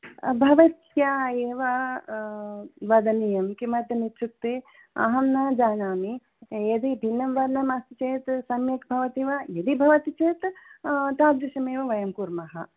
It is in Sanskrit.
भवत्या एव वदनीयं किमर्थं इत्युक्ते अहं न जानामि यदि भिन्नं वर्णं अस्ति चेत् सम्यक् भवति वा यदि भवति चेत् तादृशमेव वयं कुर्मः